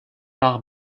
par